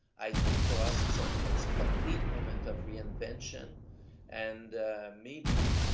i think for us, it's um it's a complete moment of reinvention and maybe,